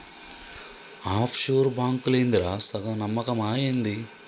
half sure బాంకులేందిరా, సగం నమ్మకమా ఏంది